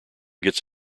gets